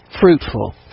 Fruitful